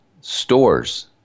Stores